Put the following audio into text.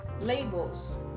labels